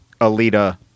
Alita